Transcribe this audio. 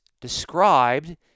described